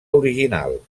original